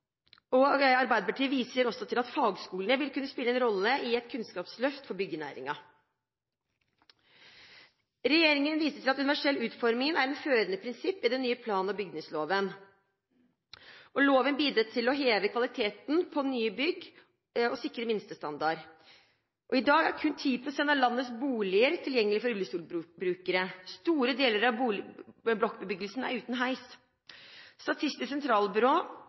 Arbeiderpartiet viser også til at fagskolene vil kunne spille en rolle i et kunnskapsløft for byggenæringen. Regjeringen viser til at universell utforming er et førende prinsipp i den nye plan- og bygningsloven. Loven bidrar til å heve kvaliteten på nye bygg og sikre en minstestandard. I dag er kun 10 pst. av landets boliger tilgjengelige for rullestolbrukere. Store deler av blokkbebyggelsen er uten heis. Statistisk